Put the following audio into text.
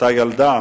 אותה ילדה